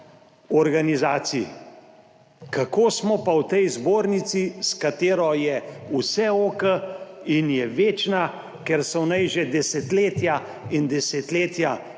Kako smo pa v tej zbornici, s katero je vse OK in je večna, ker so v njej že desetletja in desetletja isti